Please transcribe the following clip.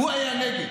הוא היה נגד.